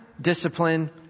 discipline